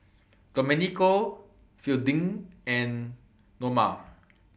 Domenico Fielding and Noma